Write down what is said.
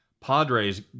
Padres